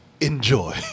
enjoy